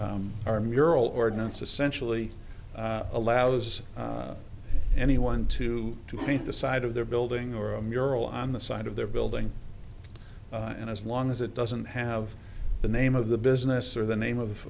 our mural ordinance essentially allows anyone to to paint the side of their building or a mural on the side of their building and as long as it doesn't have the name of the business or the name